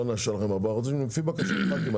לא נאשר ארבעה חודשים לפי בקשת הח"כים.